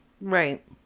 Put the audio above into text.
Right